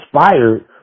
inspired